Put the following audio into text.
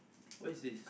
what is this